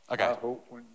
Okay